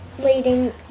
leading